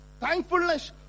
thankfulness